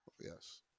Yes